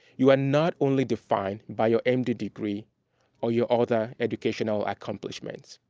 you are not only defined by your m d. degree or your other educational accomplishments.